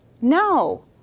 no